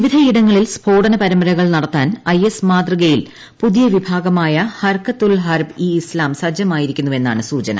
വിവിധയിടങ്ങളിൽ സ്ഫോടനപരമ്പരകൾ നടത്താൻ ഐഎസ് മാതൃകയിൽ പുതിയ വിഭാഗമായ ഹർകത് ഉൽ ഹർബ് ഇ ഇസ്താം സജ്ജമായിരിക്കുന്നു എന്നാണ് സൂചന